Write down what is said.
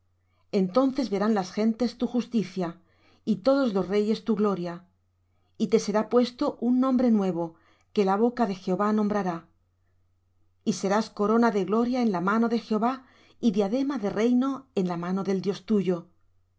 entonces verán las gentes tu justicia y todos los reyes tu gloria y te será puesto un nombre nuevo que la boca de jehová nombrará y serás corona de gloria en la mano de jehová y diadema de reino en la mano del dios tuyo